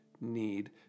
need